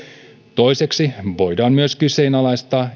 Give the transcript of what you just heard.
toiseksi voidaan myös kyseenalaistaa